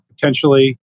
potentially